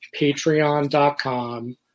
patreon.com